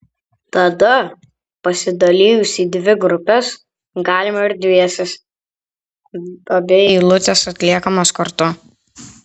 tada pasidalijus į dvi grupes galima ir dviese abi eilutės atliekamos kartu